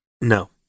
No